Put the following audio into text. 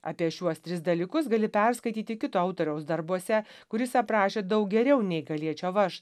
apie šiuos tris dalykus gali perskaityti kito autoriaus darbuose kuris aprašė daug geriau nei galėčiau aš